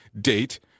date